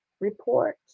report